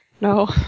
No